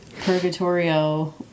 Purgatorio